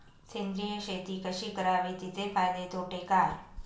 सेंद्रिय शेती कशी करावी? तिचे फायदे तोटे काय?